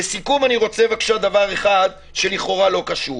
לסיכום, אני רוצה לומר דבר שלכאורה לא קשור.